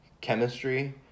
chemistry